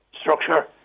structure